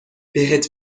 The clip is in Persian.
بهت